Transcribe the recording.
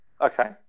Okay